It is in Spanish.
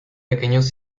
pequeños